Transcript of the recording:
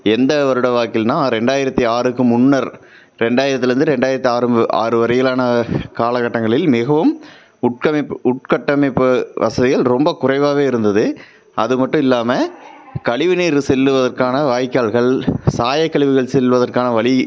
எந்த வருடவாக்கில்னா ரெண்டாயிரத்தி ஆறுக்கு முன்னர் ரெண்டாயிரத்தில் இருந்து ரெண்டாயிரத்தி ஆறு ஆறு வரையிலான காலகட்டங்களில் மிகவும் உட்கமைப்பு உட்கட்டமைப்பு வசதிகள் ரொம்ப குறைவாகவே இருந்தது அது மட்டும் இல்லாமல் கழிவு நீர் செல்வதற்கான வாய்க்கால்கள் சாயக் கழிவுகள் செல்வதற்கான வழி